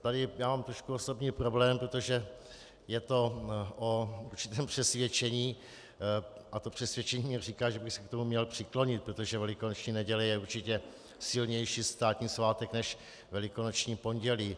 Tady já mám trošku osobní problém, protože je o určitém přesvědčení a to přesvědčení říká, že bych se k tomu měl přiklonit, protože Velikonoční neděle je určitě silnější státní svátek než Velikonoční pondělí.